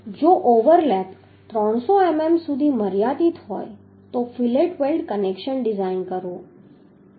જો overlap 300 mm સુધી મર્યાદિત હોય તો ફીલેટ વેલ્ડ કનેક્શન ડિઝાઇન કરો